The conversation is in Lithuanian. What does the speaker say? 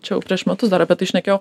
čia jau prieš metus dar apie tai šnekėjau